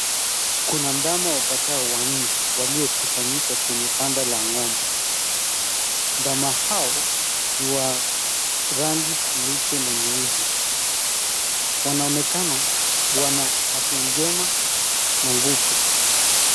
Kuna ndama wapatao wanne waliokusanyika kwenye banda la ng'ombe. Ndama hao ni wa rangi nyeupe na nyeusi. Wanaonekana wana afya njema na nguvu.